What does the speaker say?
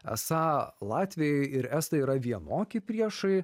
esą latviai ir estai yra vienoki priešai